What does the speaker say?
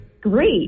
Great